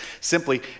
simply